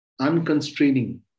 unconstraining